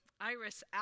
Iris